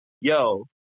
yo